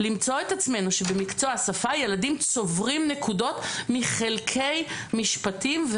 למצוא את עצמנו שבמקצוע השפה ילדים צוברים נקודות מחלקי משפטים,